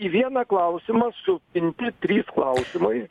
į vieną klausimą supinti trys klausimai